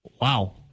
Wow